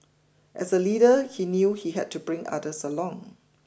as a leader he knew he had to bring others along